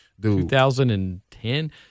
2010